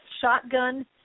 shotgun